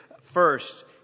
first